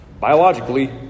biologically